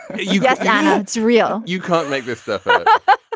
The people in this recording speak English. you yeah know it's real. you can't make this stuff up. but